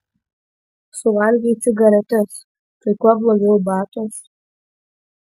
suvalgei cigaretes tai kuo blogiau batas